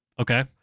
Okay